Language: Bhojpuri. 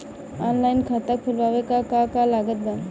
ऑनलाइन खाता खुलवावे मे का का लागत बा?